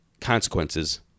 consequences